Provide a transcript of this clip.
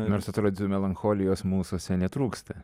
nors atrodytų melancholijos mūsuose netrūksta